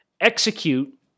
execute